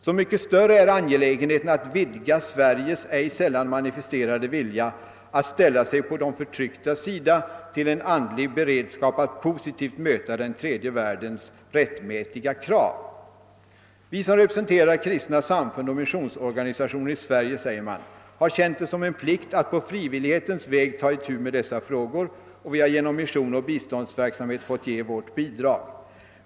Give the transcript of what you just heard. Så mycket större är angelägenheten att vidga Sveriges ej sällan manifesterade vilja att ställa sig på de förtrycktas sida till en andlig beredskap att positivt möta den tredje världens rättmätiga krav. Vi som representerar kristna samfund och missionsorganisationer i Sverige har känt det som en plikt att på frivillighetens väg ta itu med dessa frågor och vi har genom mission och biståndsverksamhet fått ge vårt bidrag.